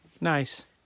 Nice